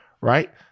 Right